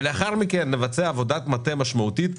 ולאחר מכן נבצע עבודת מטה משמעותית.